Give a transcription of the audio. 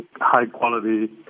high-quality